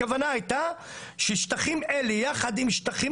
הכוונה הייתה ששטחים אלה יחד עם שטחים